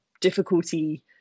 difficulty